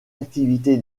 activité